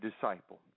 disciple